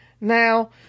Now